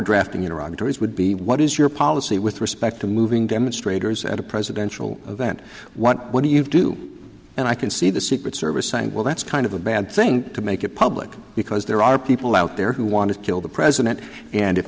attorneys would be what is your policy with respect to moving demonstrators at a presidential event what do you do and i can see the secret service saying well that's kind of a bad thing to make it public because there are people out there who want to kill the president and if